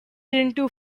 into